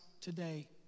today